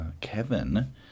Kevin